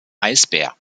eisbär